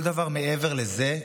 כל דבר מעבר לזה,